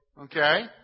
Okay